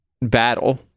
battle